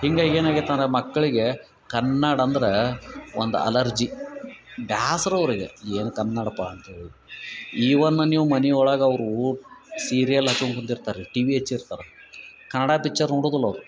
ಹಿಂಗಾಗಿ ಏನಾಗೈತಂದ್ರ ಮಕ್ಕಳಿಗೆ ಕನ್ನಡ ಅಂದ್ರಾ ಒಂದು ಅಲರ್ಜಿ ಬ್ಯಾಸರ ಅವ್ರಿಗೆ ಏನು ಕನ್ನಡ ಪಾ ಅಂತೇಳಿ ಈವನ್ ನೀವು ಮನೆ ಒಳಗ ಅವರು ಸೀರಿಯಲ್ ಆಕ್ಕೊನ್ ಕುಂದಿರ್ತರ್ರಿ ಟಿವಿ ಹಚ್ಚಿರ್ತಾರ ಕನ್ನಡ ಪಿಚ್ಚರ್ ನೋಡುದಿಲ್ಲ ಅವರು